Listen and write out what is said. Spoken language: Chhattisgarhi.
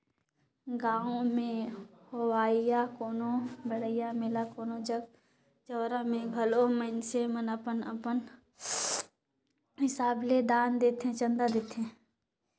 गाँव में होवइया कोनो मड़ई मेला कोनो जग जंवारा में घलो मइनसे मन अपन अपन हिसाब ले दान देथे, चंदा देथे